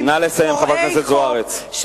פורעי חוק,